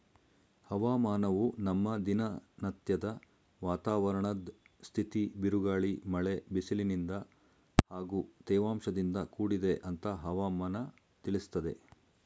ಹವಾಮಾನವು ನಮ್ಮ ದಿನನತ್ಯದ ವಾತಾವರಣದ್ ಸ್ಥಿತಿ ಬಿರುಗಾಳಿ ಮಳೆ ಬಿಸಿಲಿನಿಂದ ಹಾಗೂ ತೇವಾಂಶದಿಂದ ಕೂಡಿದೆ ಅಂತ ಹವಾಮನ ತಿಳಿಸ್ತದೆ